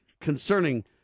concerning